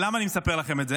למה אני מספר לכם את זה?